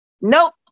Nope